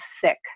sick